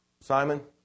Simon